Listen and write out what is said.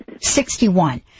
sixty-one